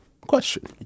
question